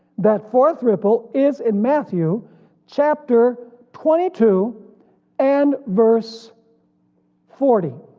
that fourth ripple is in matthew chapter twenty two and verse forty